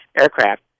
aircraft